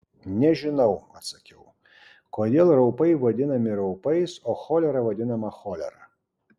nežinau atsakiau kodėl raupai vadinami raupais o cholera vadinama cholera